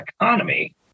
economy